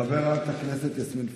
חברת הכנסת יסמין פרידמן.